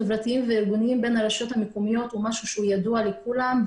חברתיים וארגונים בין הרשויות המקומיות הוא משהו שידוע לכולם,